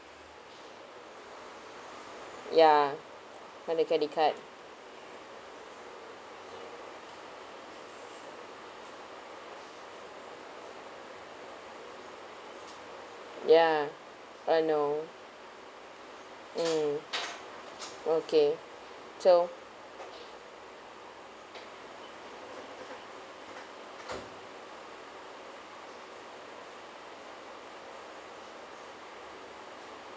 ya kind of credit card ya uh no mm okay so